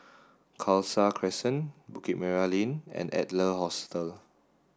Khalsa Crescent Bukit Merah Lane and Adler Hostel